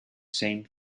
same